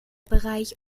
bereich